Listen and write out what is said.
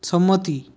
সম্মতি